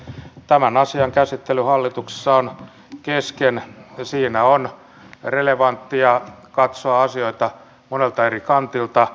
tämän asian käsittely hallituksessa on kesken ja siinä on relevanttia katsoa asioita monelta eri kantilta